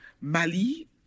Mali